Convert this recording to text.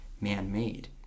man-made